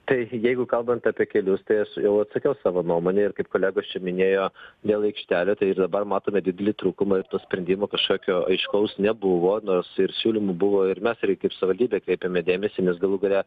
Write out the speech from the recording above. taigi jeigu kalbant apie kelius tai aš jau atsakiau savo nuomonę ir kaip kolegos čia minėjo dėl aikštelė tai dabar matome didelį trūkumą ir to sprendimo kažkokio aiškaus nebuvo nors ir siūlymų buvo ir mes ir kaip savivaldybė kreipėme dėmesį nes galų gale